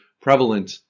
prevalent